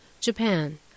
Japan